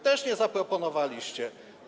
Też nie zaproponowaliście.